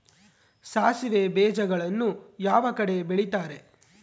ಸಾಸಿವೆ ಬೇಜಗಳನ್ನ ಯಾವ ಕಡೆ ಬೆಳಿತಾರೆ?